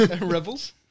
rebels